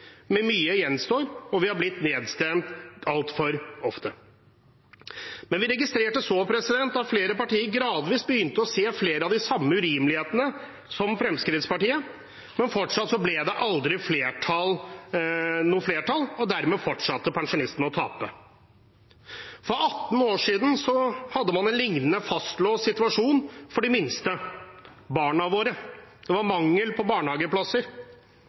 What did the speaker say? mye gjenstår, og vi er blitt nedstemt altfor ofte. Vi registrerte så at flere partier gradvis begynte å se flere av de samme urimelighetene som Fremskrittspartiet, men fortsatt ble det aldri noe flertall, og dermed fortsatte pensjonistene å tape. For 18 år siden hadde man en lignende fastlåst situasjon for de minste – barna våre. Det var mangel på barnehageplasser.